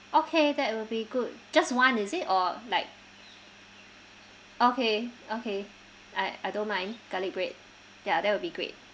okay that will be good just one is it or like okay okay I I don't mind garlic bread ya that would be great